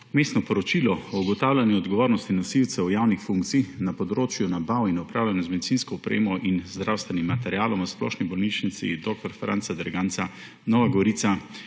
Vmesno poročilo o ugotavljanju odgovornosti nosilcev javnih funkcij na področju nabav in upravljanja z medicinsko opremo in zdravstvenim materialom v Splošni bolnišnici dr. Franca Derganca Nova Gorica